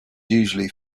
usually